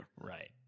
right